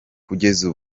kugeza